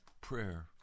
prayer